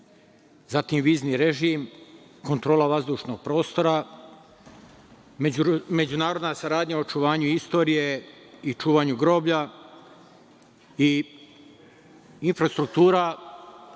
zatim vizni režim, kontrola vazdušnog prostora, međunarodna saradnja u očuvanju istorije i čuvanju groblja i infrastruktura